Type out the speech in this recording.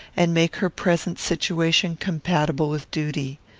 and make her present situation compatible with duty.